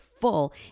full